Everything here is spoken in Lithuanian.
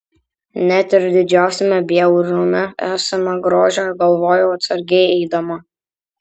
net ir didžiausiame bjaurume esama grožio galvojau atsargiai eidama